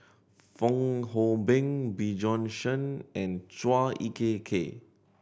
Fong Hoe Beng Bjorn Shen and Chua Ek Kay